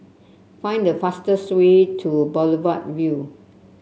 find the fastest way to Boulevard Vue